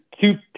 two